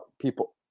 people